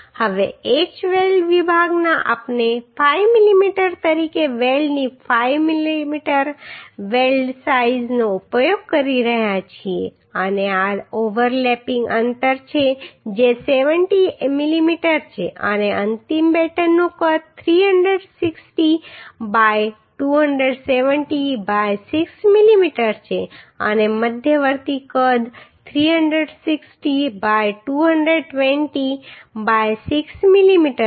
હવે h weld વિભાગમાં આપણે 5 mm તરીકે વેલ્ડની 5 mm વેલ્ડ સાઈઝનો ઉપયોગ કરી રહ્યા છીએ અને આ ઓવરલેપિંગ અંતર છે જે 70 mm છે અને અંતિમ બેટનનું કદ 360 બાય 270 બાય 6 mm છે અને મધ્યવર્તી કદ 360 બાય 220 બાય 6 mm છે